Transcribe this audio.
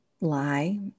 lie